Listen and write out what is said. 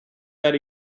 that